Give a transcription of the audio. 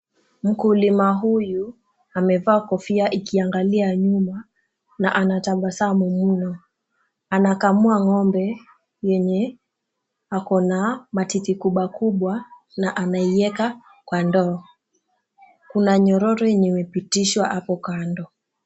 Mkulima huyu amevaa kofia ikiangalia nyuma ,na anatabasamu mno, anakamua ng'ombe yenye ako na matiti kubwa kubwa na anaiweka kwa ndoo ,kuna nyororo yenye imepitishwa hapo kando.